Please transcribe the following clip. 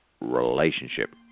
relationship